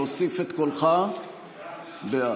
להוסיף את קולך, בעד.